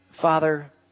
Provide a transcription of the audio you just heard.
Father